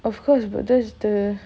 of course but that's the